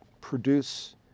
produce